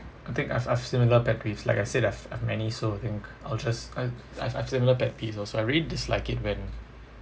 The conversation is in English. I think I've I've similar pet peeves like I said I've I've have many so think I'll just I I've I've similar pet peeves also I really dislike it when